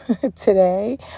today